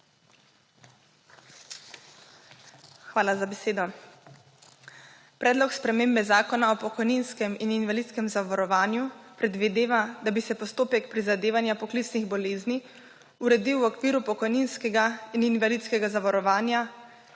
Hvala za besedo. Predlog spremembe Zakona o pokojninskem in invalidskem zavarovanju predvideva, da bi se postopek prizadevanja poklicnih bolezni uredil v okviru pokojninskega in invalidskega zavarovanja,